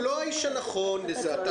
הוא לא האיש הנכון לזה.